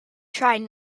tried